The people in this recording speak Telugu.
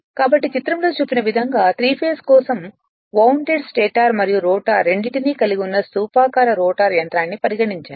కాబట్టి చిత్రంలో చూపిన విధంగా త్రి ఫేస్ కోసం వవుండెడ్ స్టేటర్ మరియు రోటర్ రెండింటినీ కలిగి ఉన్న స్థూపాకార రోటర్ యంత్రాన్ని పరిగణించండి